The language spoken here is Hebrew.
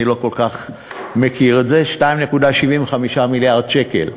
אני לא כל כך מכיר את זה: 2.75 מיליארד שקל,